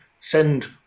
send